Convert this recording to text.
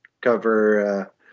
cover